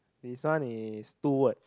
this one is two word